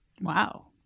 Wow